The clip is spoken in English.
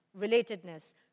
relatedness